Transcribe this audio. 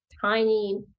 tiny